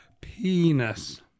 Penis